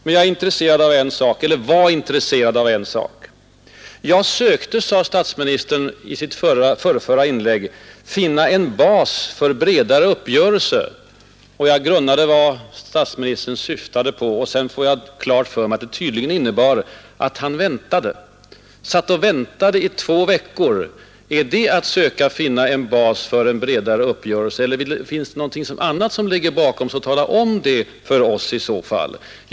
Men jag är intresserad av en sak — eller var intresserad av en sak. ”Jag sökte”, sade statsministern i sitt förrförra inlägg, ”finna en bas för en bredare uppgörelse.” Jag funderade över vad statsministern syftade på. Sedan fick jag klart för mig att han tydligen satt och väntade i två veckor. Är det att söka finna ”en bas för en bredare uppgörelse” eller finns det något annat som ligger bakom herr Palmes uttalande? Tala i så fall om det för oss!